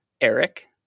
Eric